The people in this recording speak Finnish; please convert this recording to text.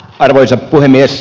arvoisa puhemies